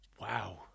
Wow